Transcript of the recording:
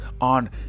on